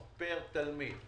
פר תלמיד.